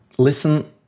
Listen